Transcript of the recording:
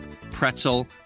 pretzel